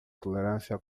tolerância